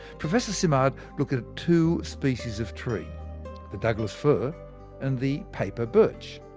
professor simard looked at two species of tree the douglas fir and the paper birch.